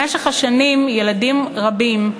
במשך השנים ילדים רבים,